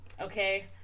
Okay